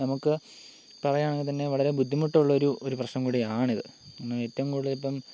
നമുക്ക് പറയാം എങ്കിൽ തന്നെ വളരെ ബുദ്ധിമുട്ടുള്ള ഒരു ഒരു പ്രശ്നം കൂടിയാണ് ഇത് പിന്നെ ഏറ്റവും കൂടുതൽ ഇപ്പം